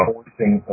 Forcing